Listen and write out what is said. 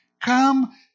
Come